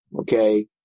okay